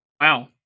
Wow